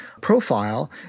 profile